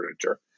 furniture